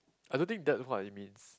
I don't think that it what it means